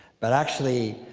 but actually,